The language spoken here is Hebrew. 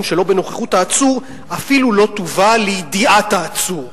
שלא בנוכחות העצור אפילו לא תובא לידיעת העצור.